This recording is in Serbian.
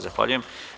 Zahvaljujem.